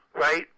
right